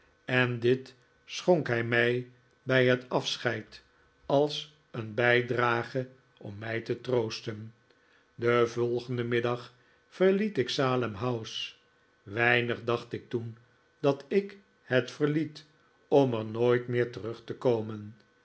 en dit schonk hij mij bij het afscheid als een bijdrage om mij te troosten den volgenden middag verliet ik salem house weinig dacht ik toen dat ik het verliet om er nooit meer terug te komen